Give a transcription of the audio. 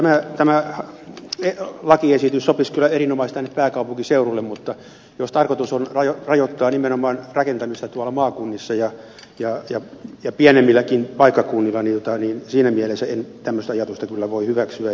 minusta tämä lakiesitys sopisi kyllä erinomaisesti tänne pääkaupunkiseudulle mutta jos tarkoitus on rajoittaa nimenomaan rakentamista tuolla maakunnissa ja pienemmilläkin paikkakunnilla niin siinä mielessä en tämmöistä ajatusta kyllä voi hyväksyä